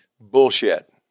bullshit